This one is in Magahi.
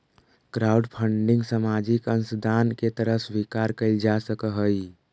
क्राउडफंडिंग सामाजिक अंशदान के तरह स्वीकार कईल जा सकऽहई